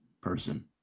person